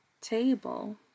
table